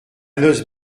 noce